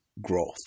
growth